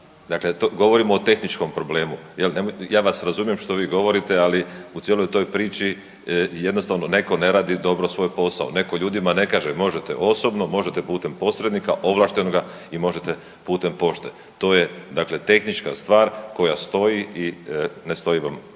dakle govorimo o tehničkom problemu, jel. Ja vas razumijem što vi govorite, ali u cijeloj toj priči jednostavno neko ne radi dobro svoj posao, neko ljudima ne kaže možete osobno, možete putem posrednika ovlaštenoga i možete putem pošte. To je dakle tehnička stvar koja stoji i ne stoji vam